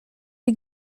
die